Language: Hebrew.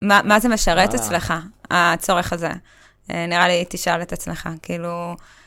מה זה משרת אצלך, הצורך הזה, נראה לי, תשאל את אצלך, כאילו...